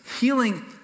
healing